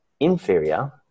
inferior